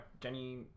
Jenny